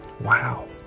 Wow